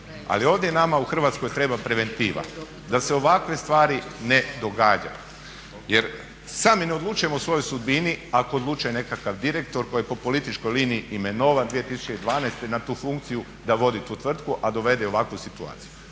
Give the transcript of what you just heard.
Ali ovdje nama u Hrvatskoj treba preventiva da se ovakve stvari ne događaju. Jer sami ne odlučujemo o svojoj sudbini ako odlučuje nekakav direktor koji je po političkoj liniji imenovan 2012. na tu funkciju da vodi tu tvrtku a dovede je u ovakvu situaciju.